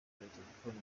telefone